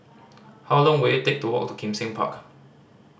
how long will it take to walk to Kim Seng Park